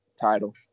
title